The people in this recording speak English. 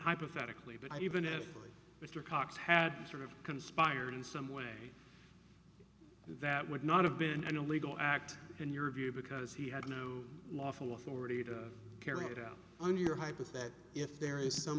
hypothetically but i even if mr cox had sort of conspired in some way that would not have been an illegal act in your view because he had no lawful authority to carry it out on your hypothetical if there is some